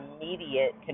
immediate